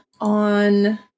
on